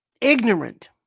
ignorant